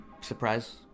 surprise